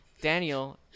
Daniel